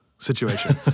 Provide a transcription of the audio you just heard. Situation